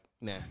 nah